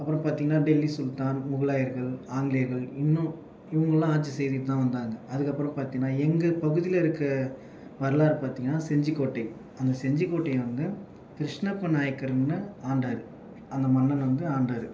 அப்புறம் பார்த்திங்கன்னா டெல்லி சுல்தான் முகலாயர்கள் ஆங்கிலேயர்கள் இன்னும் இவங்களாம் ஆட்சி செய்துட்டுதான் வந்தாங்க அதுக்கப்புறம் பார்த்திங்கன்னா எங்கள் பகுதியில் இருக்கற வரலாறு பார்த்திங்கன்னா செஞ்சிக்கோட்டை அந்த செஞ்சிக்கோட்டை வந்து கிருஷ்ணப்ப நாயக்கர்னு ஆண்டார் அந்த மன்னன் வந்து ஆண்டார்